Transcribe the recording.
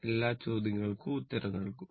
എല്ലാ ചോദ്യങ്ങൾക്കും ഉത്തരം നൽകും